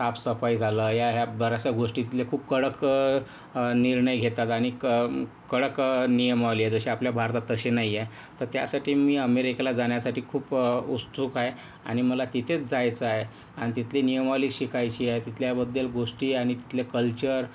सापसफाई झालं या ह्या बऱ्याचशा गोष्टीतले खूप कडक निर्णय घेतात आणि कं कडक नियमवाले आहे जसे आपल्या भारतात तसे नाही आहे तर त्यासाठी मी अमेरिकेला जाण्यासाठी खूप उत्सुक आहे आणि मला तिथेच जायचं आहे आणि तिथली नियमावली शिकायची आहे तिथल्याबद्दल गोष्टी आणि तिथले कल्चर